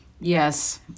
Yes